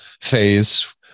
phase